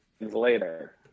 later